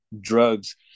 drugs